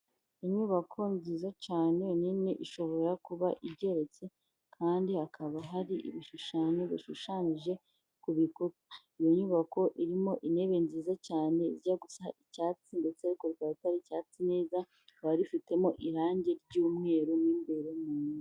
Inyubako nziza cyane nini, ishobora kuba igeretse, kandi hakaba hari ibishushanyo bishushanyije ku bikuta, iyo nyubako irimo intebe nziza cyane zijya gusa icyatsi, ndetse ariko akaba atari icyatsi neza, ikaba ifitemo irangi ry'umweru mo imbere munda.